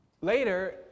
Later